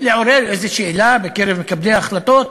לעורר איזו שאלה בקרב מקבלי ההחלטות,